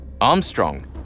Armstrong